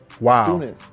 Wow